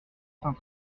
teint